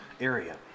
area